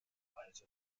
weise